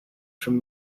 from